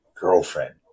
girlfriend